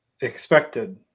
Expected